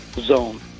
Zone